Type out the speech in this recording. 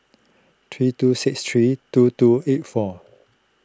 three two six three two two eight four